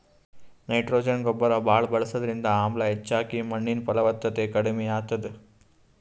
nitrogen ಗೊಬ್ಬರ್ ಭಾಳ್ ಬಳಸದ್ರಿಂದ ಆಮ್ಲ ಹೆಚ್ಚಾಗಿ ಮಣ್ಣಿನ್ ಫಲವತ್ತತೆ ಕಡಿಮ್ ಆತದ್